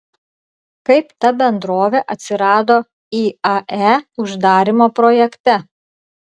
kaip ta bendrovė atsirado iae uždarymo projekte